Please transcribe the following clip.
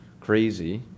crazy